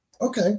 okay